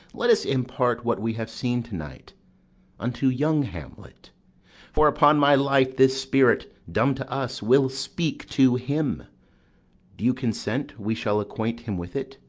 let us impart what we have seen to-night unto young hamlet for, upon my life, this spirit, dumb to us, will speak to him do you consent we shall acquaint him with it,